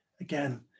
Again